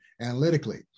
analytically